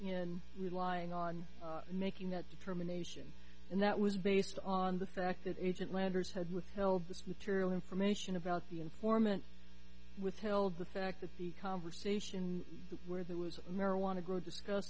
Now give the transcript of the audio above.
in relying on making that determination and that was based on the fact that agent landers had withheld this material information about the informant withheld the fact that the conversation where there was a marijuana grow discuss